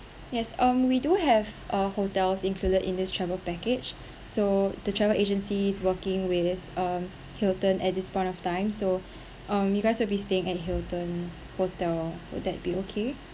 yes um we do have uh hotels included in this travel package so the travel agencies working with um hilton at this point of time so um you guys will be staying at hilton hotel will that be okay